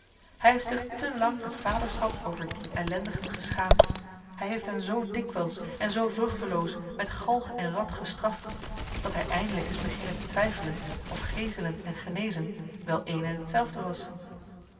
hij heeft zich te lang het vaderschap over die ellendigen geschaamd hij heeft hen zoo dikwijls en zoo vruchteloos met galg en rad gestraft dat hij eindelijk is beginnen te twijfelen of geeselen en genezen wel één en hetzelfde was